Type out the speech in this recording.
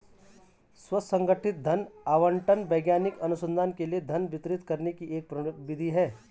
स्व संगठित धन आवंटन वैज्ञानिक अनुसंधान के लिए धन वितरित करने की एक विधि है